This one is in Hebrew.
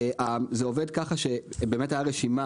זה עובד כך שהייתה רשימה